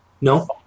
No